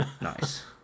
Nice